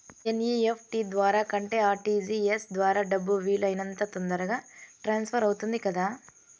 NEFT ద్వారా కంటే RTGS ద్వారా డబ్బు వీలు అయినంత తొందరగా ట్రాన్స్ఫర్ అవుతుంది కదా